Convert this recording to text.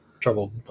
trouble